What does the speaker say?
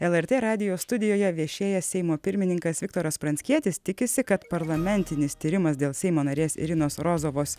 lrt radijo studijoje viešėjęs seimo pirmininkas viktoras pranckietis tikisi kad parlamentinis tyrimas dėl seimo narės irinos rozovos